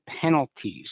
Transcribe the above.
penalties